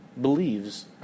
believes